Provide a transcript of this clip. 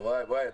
וואי, וואי.